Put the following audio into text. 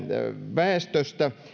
väestöstä